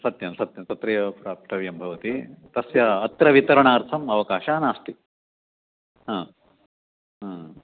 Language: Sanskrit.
सत्यं सत्यं तत्रैव प्राप्तव्यं भवति तस्य अत्र वितरणार्थम् अवकाशः नास्ति